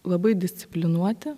labai disciplinuoti